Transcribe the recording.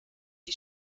die